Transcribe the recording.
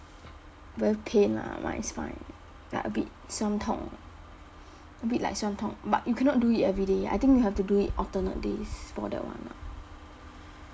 very pain lah my spine like a bit 酸痛 a bit like 酸痛 but you cannot do it everyday I think you have to do it alternate days for that one